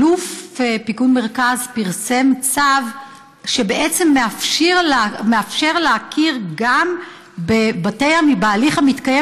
אלוף פיקוד מרכז פרסם צו שבעצם מאפשר להכיר גם בהליך המתקיים